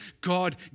God